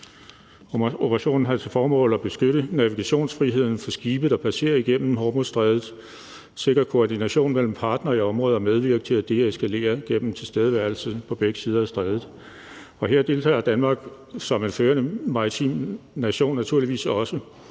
Operationen havde til formål at beskytte navigationsfriheden for skibe, der passerer igennem Hormuzstrædet, sikre koordination mellem partnere i området og at medvirke til at deeskalere gennem tilstedeværelse på begge sider af strædet. Og her deltager Danmark som en førende maritim nation naturligvis også,